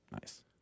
Nice